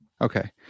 okay